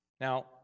Now